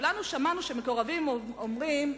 כולנו שמענו שמקורבים אומרים,